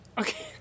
Okay